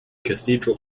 cathedral